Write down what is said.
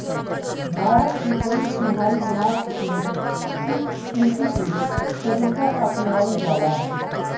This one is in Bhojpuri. भारत के एक तिहाई भाग में शुष्क कृषि के तरीका अपनावल जाला